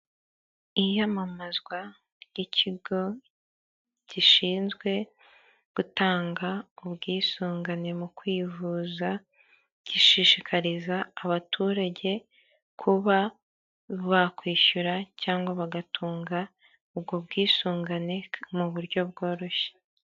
Iyamamazwa ry'ikigo gishinzwe gutanga ubwisungane mu kwivuza gishishikariza abaturage kuba bakwishyura cyangwa bagatunga ubwo bwisungane mu buryo bworoshye.